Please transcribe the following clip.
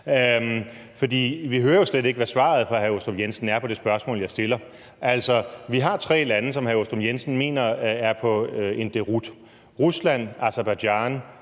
Vi hører jo slet ikke, hvad svaret fra hr. Michael Aastrup Jensen er på det spørgsmål, jeg stiller. Altså, vi har tre lande, som hr. Michael Aastrup Jensen mener er på en deroute: Rusland, Aserbajdsjan